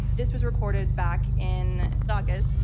this was recorded back in august.